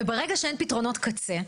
וברגע שאין פתרונות קצה,